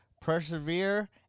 persevere